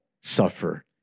suffer